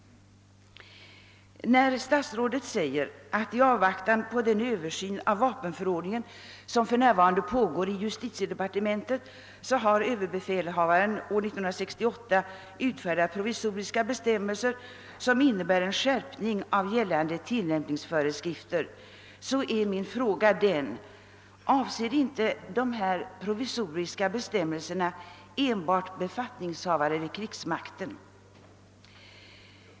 Statsrådet säger i svaret att i avvaktan på den översyn av vapenförordningen som för närvarande pågår i justitiedepartementet har överbefälhavaren år 1968 utfärdat provisoriska bestämmelser, som innebär en skärpning av gällande tillämpningsföreskrifter. Min fråga är då: Avser inte dessa provisoriska bestämmelser enbart befattningshavare i krigsmakten?